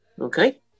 Okay